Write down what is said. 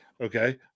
Okay